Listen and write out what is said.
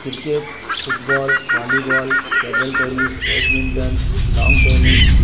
cricket football volleyball table tennis badminton long tennis